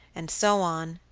and so on,